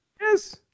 Yes